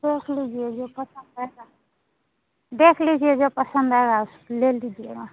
देख लीजिए जो पसन्द आएगा देख लीजिए जो पसन्द आएगा उसे ले लीजिएगा